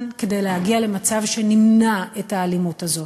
כדי להגיע למצב שנמנע את האלימות הזאת.